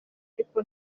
ariko